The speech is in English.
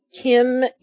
Kim